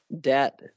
debt